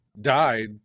died